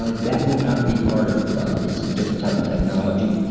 ah that will not be part of it's a different type of technology.